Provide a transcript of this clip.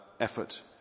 effort